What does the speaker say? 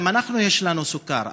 גם אנחנו יש לנו סוכר,